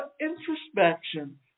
introspection